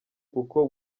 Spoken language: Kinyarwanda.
kuko